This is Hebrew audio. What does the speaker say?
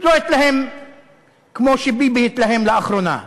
לא התלהם כמו שביבי התלהם לאחרונה.